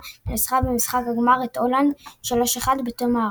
כשניצחה במשחק הגמר את הולנד 3 - 1 בתום הארכה.